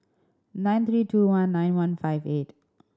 nine three two one nine one five eight